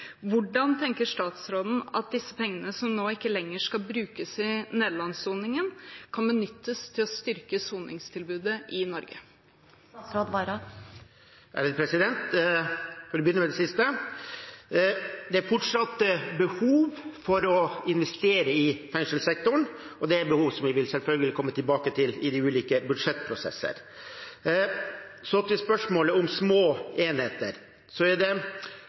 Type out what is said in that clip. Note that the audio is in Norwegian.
Hvordan tenker statsråden at disse pengene som nå ikke lenger skal brukes til soningen i Nederland, kan benyttes til å styrke soningstilbudet i Norge? For å begynne med det siste: Det er fortsatt behov for å investere i fengselssektoren, og det er et behov som vi selvfølgelig vil komme tilbake til i de ulike budsjettprosessene. Så til spørsmålet om små enheter, og la meg si det